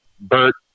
Bert